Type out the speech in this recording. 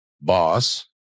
boss